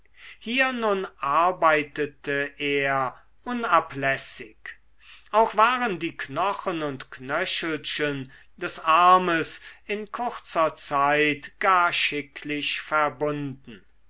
hier nun arbeitete er unablässig auch waren die knochen und knöchelchen des armes in kurzer zeit gar schicklich verbunden